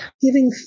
Giving